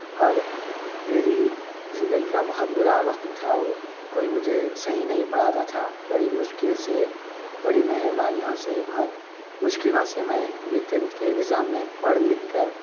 اور میری زندگی کا بہت برا وقت تھا وہ کوئی مجھے صحیح نہیں پڑھاتا تھا بڑی مشکل سے بڑی مہربانیوں سے بہت مشکلوں سے میں یہ ٹینتھ کے اگزام میں پڑھ لکھ کر